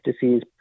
disease